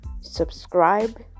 subscribe